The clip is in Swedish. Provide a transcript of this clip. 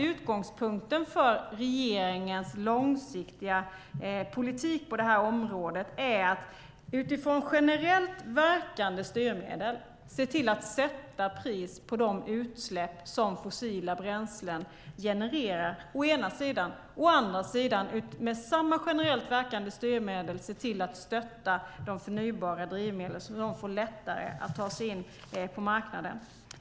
Utgångspunkten för regeringens långsiktiga politik på det här området är att utifrån generellt verkande styrmedel å ena sidan se till att sätta pris på de utsläpp som fossila bränslen genererar och å andra sidan, med samma generellt verkande styrmedel, se till att stötta de förnybara drivmedlen så att de får lättare att ta sig in på marknaden.